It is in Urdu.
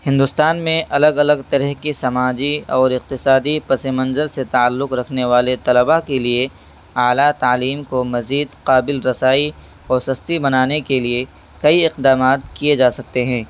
ہندوستان میں الگ الگ طرح کے سماجی اور اقتصادی پس منظر سے تعلق رکھنے والے طلباء کے لیے اعلیٰ تعلیم کو مزید قابل رسائی اور سستی بنانے کے لیے کئی اقدامات کیے جا سکتے ہیں